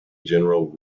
general